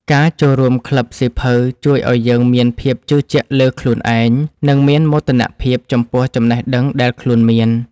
ការចូលរួមក្លឹបសៀវភៅជួយឱ្យយើងមានភាពជឿជាក់លើខ្លួនឯង និងមានមោទនភាពចំពោះចំណេះដឹងដែលខ្លួនមាន។